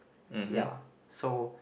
ya so